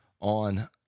on